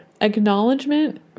acknowledgement